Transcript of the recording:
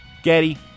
Getty